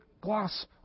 gloss